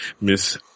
Miss